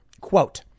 Quote